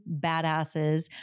badasses